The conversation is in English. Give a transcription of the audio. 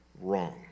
wrong